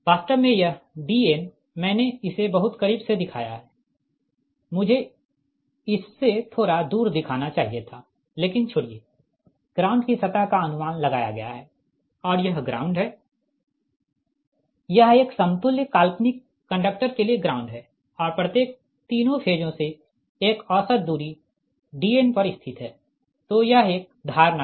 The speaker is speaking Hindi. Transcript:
वास्तव में यह Dn मैंने इसे बहुत करीब से दिखाया है मुझे इससे थोड़ा दूर दिखाना चाहिए था लेकिन छोड़िये ग्राउंड की सतह का अनुमान लगाया गया है और यह ग्राउंड है यह एक समतुल्य काल्पनिक कंडक्टर के लिए ग्राउंड है और प्रत्येक तीनों फेजों से एक औसत दूरी Dn पर स्थित है तो यह एक धारणा है